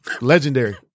legendary